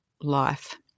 life